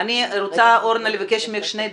אני רוצה, ארנה, לבקש ממך שני דברים,